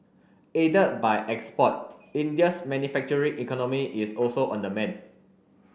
aided by export India's manufacturing economy is also on the mend